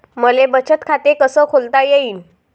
मले बचत खाते कसं खोलता येईन?